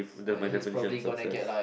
the my definition of success